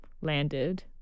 landed